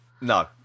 No